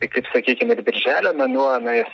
tai kaip sakykim ir birželio mėnuo na jis